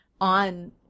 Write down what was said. on